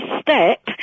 step